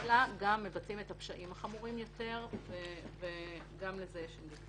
אלא גם מבצעים את הפשעים החמורים יותר וגם לזה יש אינדיקציה.